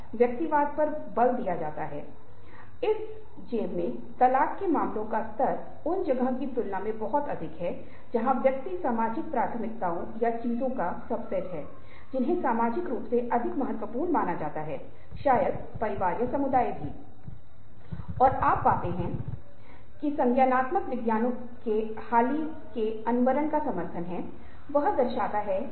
अब यह दूसरी गतिविधि हमें 2 अलग अलग तरीकों से मदद करने जा रही है एक यह है कि वास्तव में वास्तविक अंतर महसूस होता है लेकिन इससे भी महत्वपूर्ण यह है कि आप यह देखना शुरू कर देते हैं कि वे कौन से उपकरण हैं जो संचार करने के लिए उपयोग कर रहे हैं यह जानने के लिए हो रहा है की दूसरा व्यक्ति रूचि ले रहा है या नहीं